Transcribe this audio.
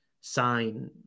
sign